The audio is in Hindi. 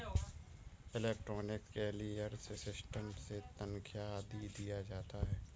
इलेक्ट्रॉनिक क्लीयरेंस सिस्टम से तनख्वा आदि दिया जाता है